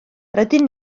rydyn